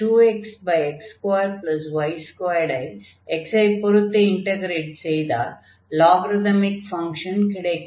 2xx2y2 ஐ x ஐ பொருத்து இன்டக்ரேட் செய்தால் லாகரிதமிக் ஃபங்ஷன் கிடைக்கும்